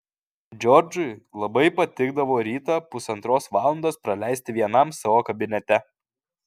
džordžui labai patikdavo rytą pusantros valandos praleisti vienam savo kabinete